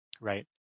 right